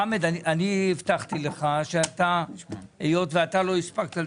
חמד, אני הבטחתי לך, היות שאתה לא הספקת לדבר.